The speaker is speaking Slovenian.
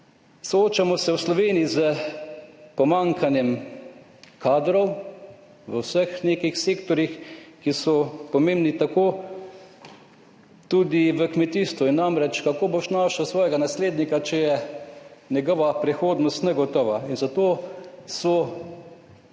Soočamo se v Sloveniji s pomanjkanjem kadrov v vseh nekih sektorjih, ki so pomembni, tako tudi v kmetijstvu. Namreč, kako boš našel svojega naslednika, če je njegova prihodnost negotova? Zato so